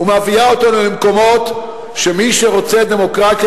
ומביא אותנו למקומות שמי שרוצה דמוקרטית